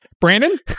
Brandon